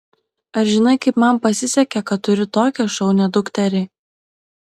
ar žinai kaip man pasisekė kad turiu tokią šaunią dukterį